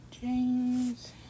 James